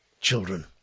children